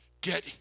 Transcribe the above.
Get